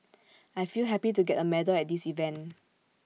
I feel happy to get A medal at this event